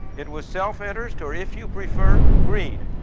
it was self-interest or, if your prefer, greed.